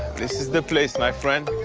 this is the place, my friend.